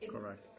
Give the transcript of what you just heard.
correct